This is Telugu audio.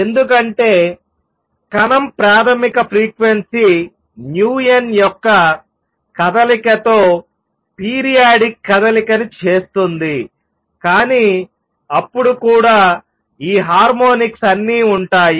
ఎందుకంటే కణం ప్రాథమిక ఫ్రీక్వెన్సీ n యొక్క కదలిక తో పీరియాడిక్ కదలికను చేస్తుందికానీ అప్పుడు కూడా ఈ హార్మోనిక్స్ అన్నీ ఉంటాయి